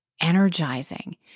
energizing